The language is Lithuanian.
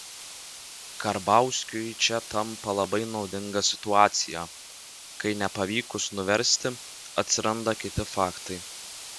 karbauskiui čia tampa labai naudinga situacija kai nepavykus nuversti atsiranda kiti faktai